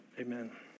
Amen